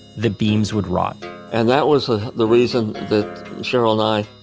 the beams would rot and that was ah the reason that cheryl and i